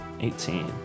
Eighteen